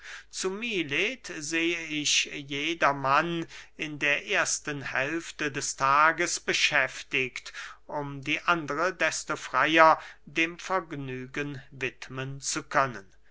zu milet sehe ich jedermann in der ersten hälfte des tages beschäftigt um die andre desto freyer dem vergnügen widmen zu können